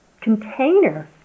container